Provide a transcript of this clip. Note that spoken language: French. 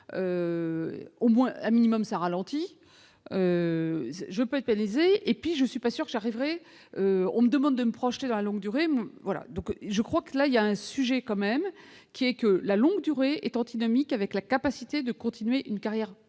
au moins un minimum ça ralentit je peux et puis je suis pas sûr j'arriverai, on nous demande de me projeter dans la longue durée, voilà, donc je crois que là il y a un sujet quand même qui est que la longue durée est antinomique avec la capacité de continuer une carrière